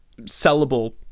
sellable